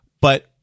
But-